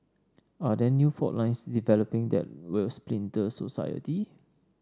are there new fault lines developing that will splinter society